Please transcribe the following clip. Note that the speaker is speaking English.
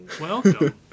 Welcome